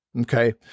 Okay